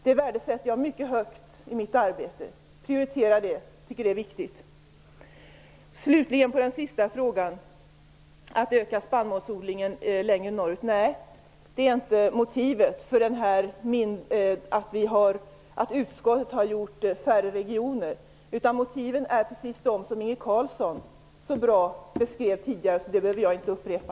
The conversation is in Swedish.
Det värdesätter jag mycket högt i mitt arbete. Jag prioriterar det. Slutligen vill jag säga att motivet till att utskottet har föreslagit färre regioner inte är att öka spannmålsodlingen längre norrut. Motiven är precis de som Inge Carlsson så bra beskrev tidigare. Dem behöver jag inte upprepa.